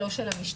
לא של המשטרה.